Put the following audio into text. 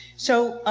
so,